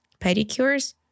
pedicures